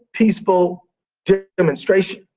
peaceful demonstration.